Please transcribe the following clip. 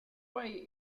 way